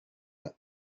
tak